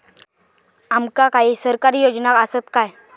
आमका काही सरकारी योजना आसत काय?